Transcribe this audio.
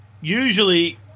usually